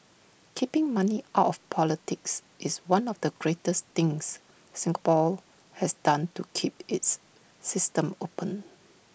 keeping money out of politics is one of the greatest things Singapore has done to keep its system open